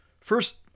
first